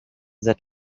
that